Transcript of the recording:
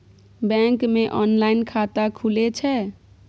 Bank मे online खाता खुले छै?